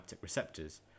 receptors